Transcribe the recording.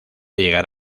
llegar